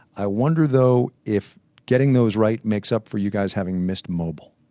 i wonder though if getting those right makes up for you guys having missed mobile?